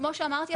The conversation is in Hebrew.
כמו שאמרתי,